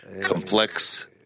complex